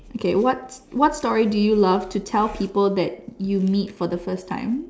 okay what what story do you love to tell people that you meet for the first time